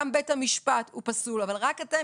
גם בית המשפט הוא פסול אבל רק אתם